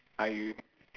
I